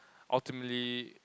ultimately